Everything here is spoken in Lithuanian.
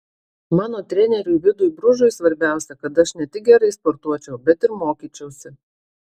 mano treneriui vidui bružui svarbiausia kad aš ne tik gerai sportuočiau bet ir mokyčiausi